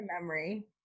memory